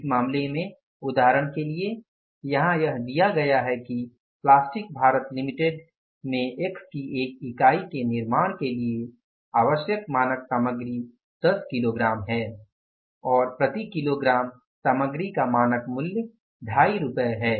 इस मामले में उदाहरण के लिए यहां यह दिया गया है कि प्लास्टिक भारत लिमिटेड में एक्स की एक इकाई के निर्माण के लिए आवश्यक मानक सामग्री 10 किलोग्राम है और प्रति किलोग्राम सामग्री का मानक मूल्य 25 रुपये है